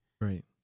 Right